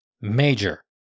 major